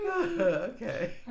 Okay